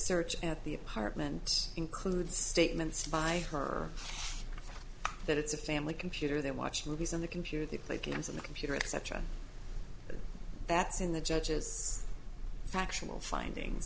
search at the apartment includes statements by terms that it's a family computer that watch movies on the computer the play games on the computer etc that's in the judge's factual finding